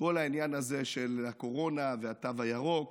העניין הזה של הקורונה והתו הירוק